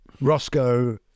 Roscoe